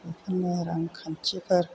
बेफोरनो रांखान्थिफोर